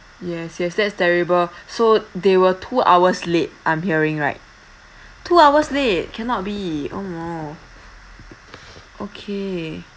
yes yes that's terrible so they were two hours late I'm hearing right two hours late cannot be oh no okay